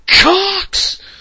cocks